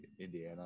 Indiana